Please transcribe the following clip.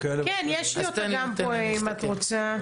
יש לי אותה פה, אם את רוצה.